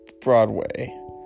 Broadway